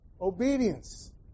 Obedience